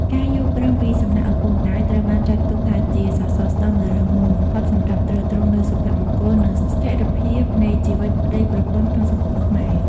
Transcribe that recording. ការយល់ព្រមពីសំណាក់ឪពុកម្ដាយត្រូវបានចាត់ទុកថាជាសសរស្តម្ភដ៏រឹងមាំបំផុត សម្រាប់ទ្រទ្រង់នូវសុភមង្គល និងស្ថិរភាពនៃជីវិតប្ដីប្រពន្ធក្នុងសង្គមខ្មែរ។